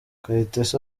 kayitesi